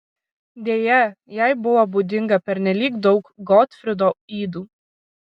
deja jai buvo būdinga pernelyg daug gotfrido ydų